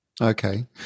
Okay